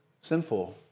sinful